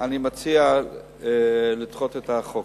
אני מציע לדחות את החוק.